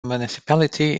municipality